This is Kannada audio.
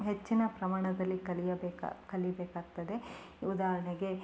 ಹೆಚ್ಚಿನ ಪ್ರಮಾಣದಲ್ಲಿ ಕಲಿಯಬೇಕು ಕಲಿಯಬೇಕಾಗ್ತದೆ ಉದಾಹರ್ಣೆಗೆ